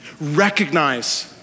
Recognize